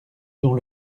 dont